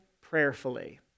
prayerfully